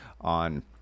on